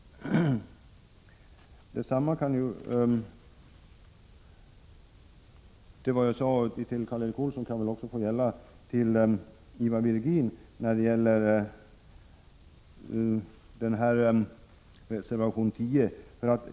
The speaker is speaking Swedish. Det som jag sagt till Karl Erik Olsson beträffande reservation 10 kan också få gälla som replik till Ivar Virgin.